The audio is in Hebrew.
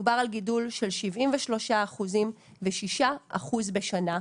מדובר על גידול של 73% ו-6% בשנה.